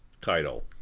title